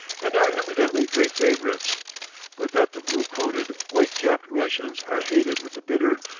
and are evidently great favorites but that the blue-coated, white-capped russians are hated with a bitter,